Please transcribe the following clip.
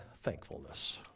thankfulness